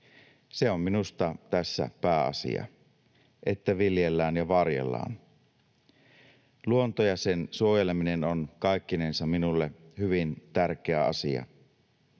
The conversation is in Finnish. Se on minusta tässä pääasia, että viljellään ja varjellaan. Luonto ja sen suojeleminen on kaikkinensa minulle hyvin tärkeä asia.